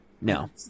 No